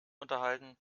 unterhalten